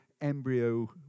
embryo